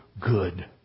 good